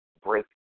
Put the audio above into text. break